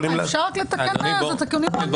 אפשר רק לתקן, זה תיקונים מינוריים חבל.